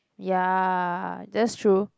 ya that's true